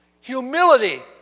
Humility